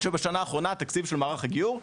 עד שבשנה האחרונה התקציב של מערך הגיור,